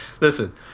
Listen